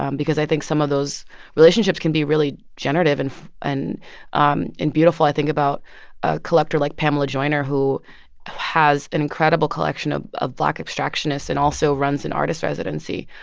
um because i think some of those relationships can be really generative and um and beautiful. i think about a collector like pamela joyner, who has an incredible collection of of black abstractionists and also runs an artist residency.